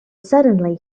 suddenly